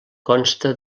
consta